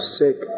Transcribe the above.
sick